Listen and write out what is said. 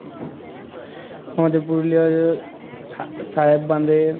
আমাদের পুরুলিয়াতে সা সাহেব বাঁধে